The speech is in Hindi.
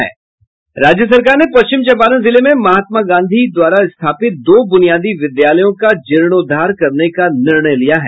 राज्य सरकार ने पश्चिम चंपारण जिले में महात्मा गांधी के द्वारा स्थापित दो ब्रनियादी विद्यालयों का जीर्णोधार करने का निर्णय लिया है